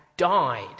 died